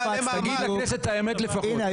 הנה,